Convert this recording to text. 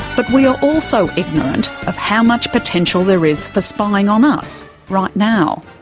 but we are also ignorant of how much potential there is for spying on us right now.